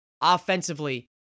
offensively